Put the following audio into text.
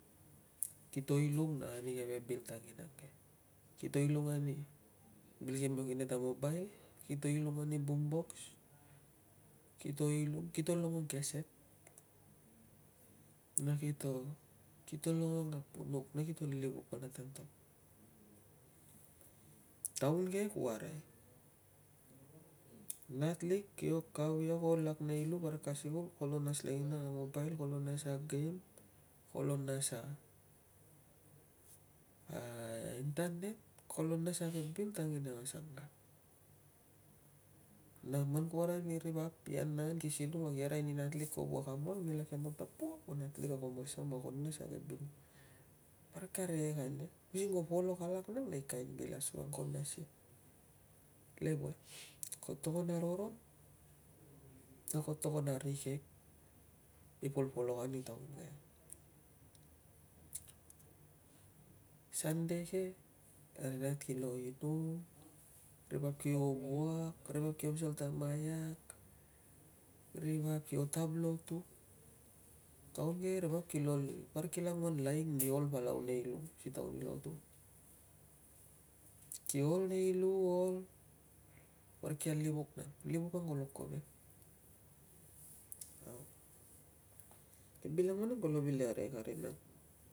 Kito ilung nang ani ke bil tanginang. Kito ilung ani bil ke kio kin ia ta mobail, kito ilung ani bum box, kito ilung, kito longong keset na kito kito longong bum box na kito livuk val nata antok. Tung ke ku arai natlik kio kau ia ko ol lak nei lu parik ka sikul kolo nas lenginang a mobail, kolo nas a game, kolo nas a intanet, kolo nas a ke bil tanginang. Na man ku arai ni ri vap anangan ki sinung ki arai ni natlik ko wuak a wuak ang kio antok ta pua ko natlik na ko masam na ko nas a bil ke. Parik ka rikek ania vei ko polok alak nang nei ke bil ko nas ia. Ko togon a roron na ko togon a rikek i polpolokan i taun ke. Sande ke ri nat kilo inum, ri vap kio wuak, ri vap kio pasal ta maiak, ri vap kio tab lotu. Taun ke ri vap parik kila anguan lain kolo po ago palau nei lu si taun i lotu. Kio ol nei lu, kio ol parik kia livuk nang, livuk ang kolo kovek au ke bil ang vanang kolo vil arikek a rina.